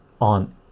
on